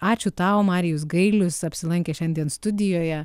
ačiū tau marijus gailius apsilankė šiandien studijoje